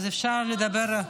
אז אפשר לדבר.